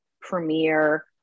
premiere